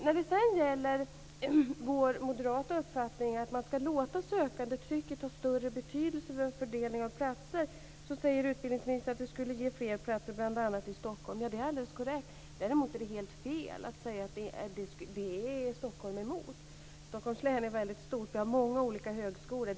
När det sedan gäller vår moderata uppfattning att man skall låta sökandetrycket ha större betydelse för fördelningen av platser, säger utbildningsministern att det skulle ge fler platser bl.a. i Stockholm. Det är alldeles korrekt. Däremot är det helt fel att säga att man i Stockholm är emot det. Stockholms län är mycket stort, och vi har många olika högskolor.